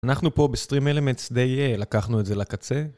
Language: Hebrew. אנחנו פה בסטרים אלמנטס די לקחנו את זה לקצה.